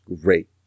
great